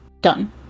Done